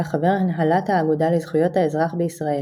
חבר הנהלת האגודה לזכויות האזרח בישראל,